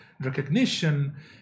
Recognition